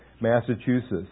Massachusetts